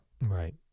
right